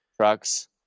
trucks